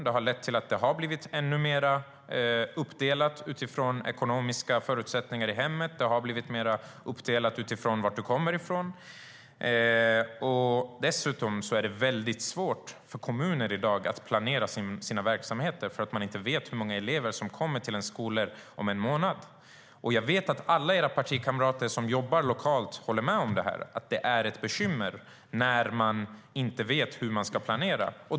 Det har lett till att det blivit ännu mer uppdelat utifrån familjernas ekonomiska förutsättningar. Det har också blivit mer uppdelat beroende på varifrån du kommer. Dessutom är det i dag svårt för kommunerna att planera sina verksamheter eftersom de inte vet hur många elever som kommer till skolan om en månad. Jag vet att Ulrika Carlssons partikamrater som jobbar lokalt med dessa frågor håller med om att det är ett bekymmer när man inte vet hur man ska planera.